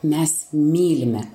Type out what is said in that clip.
mes mylime